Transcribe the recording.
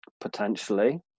potentially